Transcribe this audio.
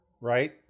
right